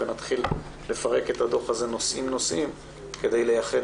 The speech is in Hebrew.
נתחיל לפרק את הדוח הזה לנושאים כדי לייחד